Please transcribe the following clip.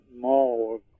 mall